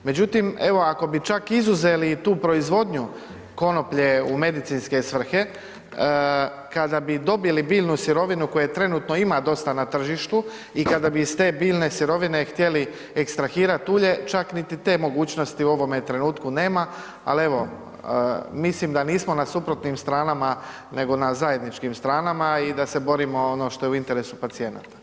Međutim, evo ako bi čak izuzeli i tu proizvodnju konoplje u medicinske svrhe, kada bi dobili biljnu sirovinu koje trenutno ima dosta na tržištu i kada bi iz te biljne sirovine htjeli ekstrahirat ulje čak niti te mogućnosti u ovome trenutku nema, al evo mislim da nismo na suprotnim stranama nego na zajedničkim stranama i da se borimo ono što je u interesu pacijenata.